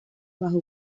bajo